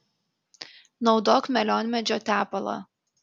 naudok melionmedžio tepalą